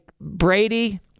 Brady